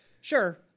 Sure